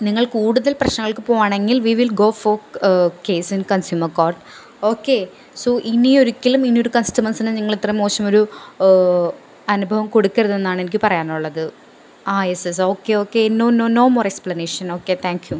നിങ്ങൾ കൂടുതൽ പ്രശ്നങ്ങൾക്ക് പോവുകയാണെങ്കിൽ we will go for case in consumer court okay so ഇനി ഒരിക്കലും ഇനി ഒരു കസ്റ്റമേഴ്സിന് നിങ്ങൾ ഇത്ര മോശം ഒരു അനുഭവം കൊടുക്കരുതെന്നാണ് എനിക്ക് പറയാനുള്ളത് ah yes yes okay okay no no no more explanation okay thank U